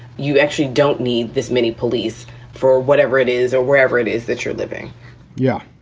you actually don't need this many police for whatever it is or wherever it is that you're living yeah.